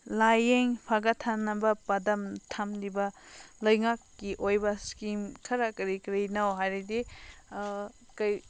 ꯂꯥꯏꯌꯦꯡ ꯐꯒꯠꯍꯟꯅꯕ ꯄꯥꯟꯗꯝ ꯊꯝꯂꯤꯕ ꯂꯩꯉꯥꯛꯀꯤ ꯑꯣꯏꯕ ꯏꯁꯀꯤꯝ ꯈꯔ ꯀꯔꯤ ꯀꯔꯤꯅꯣ ꯍꯥꯏꯔꯗꯤ ꯀꯩ